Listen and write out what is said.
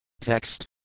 Text